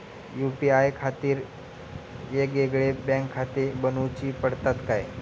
UPI खातीर येगयेगळे बँकखाते बनऊची पडतात काय?